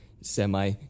semi